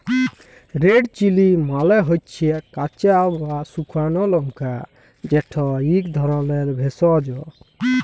red chilli মালে হচ্যে কাঁচা বা সুকনা লংকা যেট ইক ধরলের ভেষজ